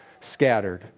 scattered